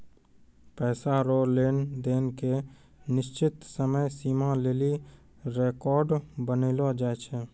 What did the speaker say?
पैसा रो लेन देन के निश्चित समय सीमा लेली रेकर्ड बनैलो जाय छै